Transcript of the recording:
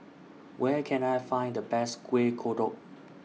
Where Can I Find The Best Kuih Kodok